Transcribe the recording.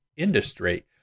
industry